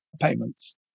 payments